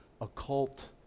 occult